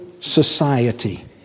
society